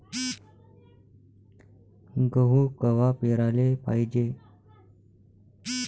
गहू कवा पेराले पायजे?